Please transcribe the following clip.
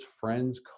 friends